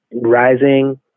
rising